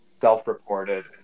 self-reported